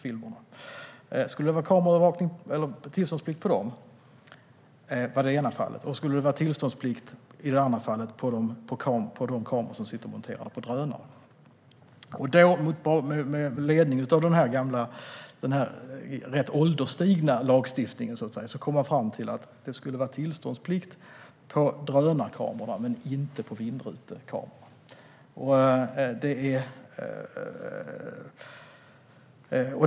Det andra fallet gällde om det skulle råda tillståndsplikt för kameror som sitter monterade på drönare. Med ledning av den rätt ålderstigna lagstiftningen kom man fram till att det skulle råda tillståndsplikt för drönarkameror men inte för vindrutekameror.